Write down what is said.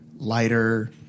Lighter